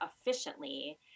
efficiently